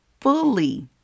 fully